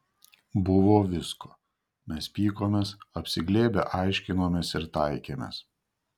buvo visko mes pykomės apsiglėbę aiškinomės ir taikėmės